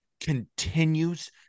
continues